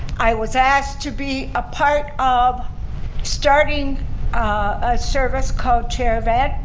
i was asked to be a part of starting a service called chair-a-van.